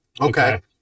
Okay